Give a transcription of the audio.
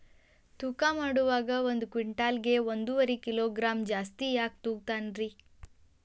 ತೂಕಮಾಡುವಾಗ ಒಂದು ಕ್ವಿಂಟಾಲ್ ಗೆ ಒಂದುವರಿ ಕಿಲೋಗ್ರಾಂ ಜಾಸ್ತಿ ಯಾಕ ತೂಗ್ತಾನ ರೇ?